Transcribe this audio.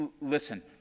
Listen